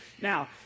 Now